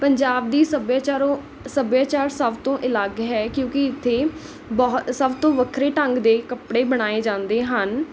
ਪੰਜਾਬ ਦੀ ਸਭਿਆਚਾਰੋਂ ਸੱਭਿਆਚਾਰ ਸਭ ਤੋਂ ਅਲੱਗ ਹੈ ਕਿਉਂਕਿ ਇੱਥੇ ਬਹੁਤ ਸਭ ਤੋਂ ਵੱਖਰੇ ਢੰਗ ਦੇ ਕੱਪੜੇ ਬਣਾਏ ਜਾਂਦੇ ਹਨ